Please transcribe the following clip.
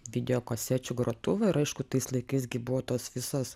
video kasečių grotuvą ir aišku tais laikais gi buvo tos visos